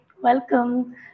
welcome